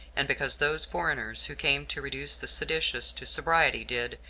and because those foreigners who came to reduce the seditious to sobriety did,